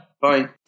Bye